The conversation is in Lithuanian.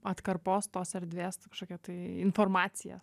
atkarpos tos erdvės kažkokią tai informaciją